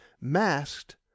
masked